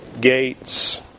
gates